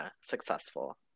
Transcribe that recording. successful